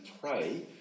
pray